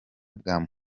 bwa